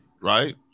Right